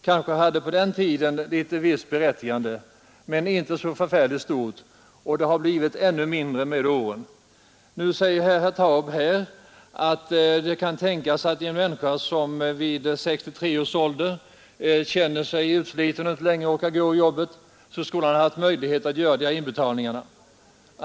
Kanske hade den på den tiden ett visst berättigande, men inte så förfärligt stort, och det har blivit ännu mindre med åren. Nu säger herr Taube att en människa, som vid 63 års ålder känner sig utsliten och inte längre orkar gå i jobbet, skall ha möjlighet att göra dessa inbetalningar.